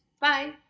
Bye